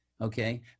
Okay